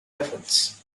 efforts